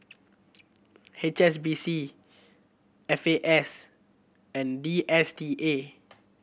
H S B C F A S and D S T A